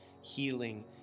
healing